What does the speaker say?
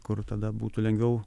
kur tada būtų lengviau